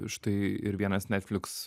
štai ir vienas netflix